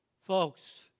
Folks